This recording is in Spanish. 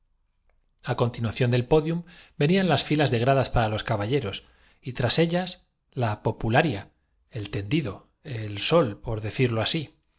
á continuación del podium venían las filas de gradas para los caballeros y tras de ellas la popularla el ten dido el sol por decirlo así